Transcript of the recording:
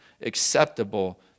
acceptable